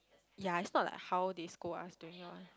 ya it's not like how they scold us during year one